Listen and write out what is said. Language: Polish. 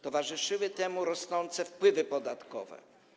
Towarzyszyły temu rosnące wpływy podatkowe.